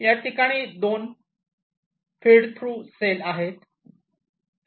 याठिकाणी 2 feed through cell आहे